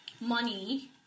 money